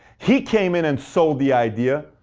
he came in and sold the idea.